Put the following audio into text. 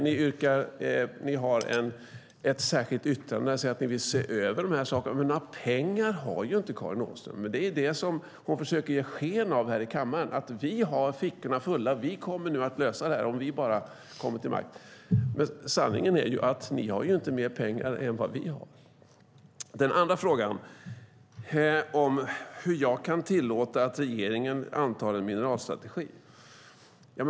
Ni har ett särskilt yttrande där ni säger att ni vill se över de här sakerna. Några pengar har inte Karin Åström, men det är det som hon försöker ge sken av här i kammaren: Vi har fickorna fulla, och vi kommer att lösa det här bara vi kommer till makten! Sanningen är att ni inte har mer pengar än vad vi har. Den andra frågan gällde hur jag kan tillåta att regeringen antar en mineralstrategi.